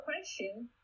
question